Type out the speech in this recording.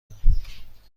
کنم